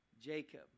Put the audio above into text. Jacob